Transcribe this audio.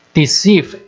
deceive